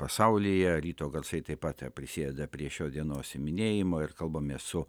pasaulyje ryto garsai taip pat prisideda prie šios dienos minėjimo ir kalbamės su